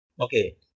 okay